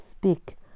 speak